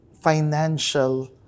financial